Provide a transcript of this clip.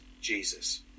Jesus